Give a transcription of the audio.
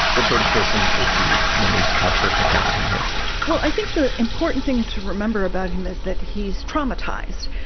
what sort of person is he? well, we've kind of first encountered him here well, i think the important thing to remember about him is that he's traumatized.